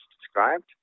described